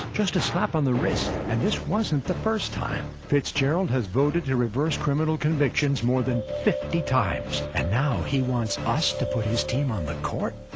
just a slap on the wrist, and this wasn't the first time. fitzgerald has voted to reverse criminal convictions more than fifty times, and now he wants us to put his team on the court?